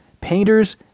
painters